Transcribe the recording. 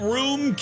room